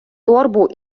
торбу